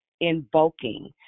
invoking